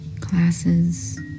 classes